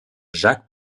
jacques